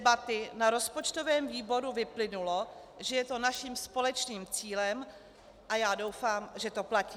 Z debaty na rozpočtovém výboru vyplynulo, že je to naším společným cílem, a já doufám, že to platí.